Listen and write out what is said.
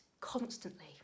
constantly